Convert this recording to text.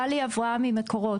גלי אברהמי, "מקורות".